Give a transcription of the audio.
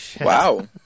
wow